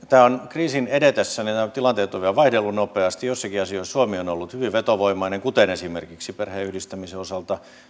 kriisin edetessä nämä tilanteet ovat vielä vaihdelleet nopeasti joissakin asioissa suomi on ollut hyvin vetovoimainen kuten esimerkiksi perheenyhdistämisen osalta